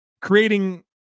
creating